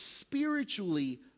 spiritually